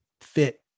fit